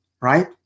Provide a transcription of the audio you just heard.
Right